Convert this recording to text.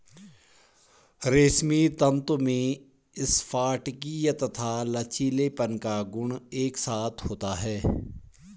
रेशमी तंतु में स्फटिकीय तथा लचीलेपन का गुण एक साथ होता है